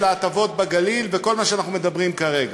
ההטבות בגליל וכל מה שאנחנו מדברים כרגע.